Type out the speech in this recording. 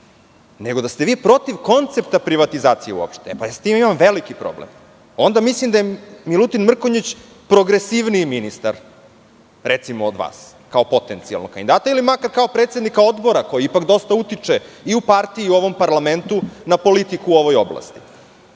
nego da ste vi protiv koncepta privatizacije uopšte. S tim imam veliki problem. Mislim da je Milutin Mrkonjić progresivniji ministar od vas kao potencijalnog kandidata ili makar kao predsednika Odbora koji ipak dosta utiče i u partiji i u ovom parlamentu na politiku u ovoj oblasti.